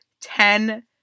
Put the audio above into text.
ten